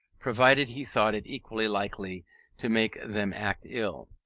provided he thought it equally likely to make them act ill.